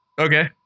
Okay